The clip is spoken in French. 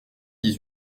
dix